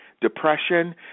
depression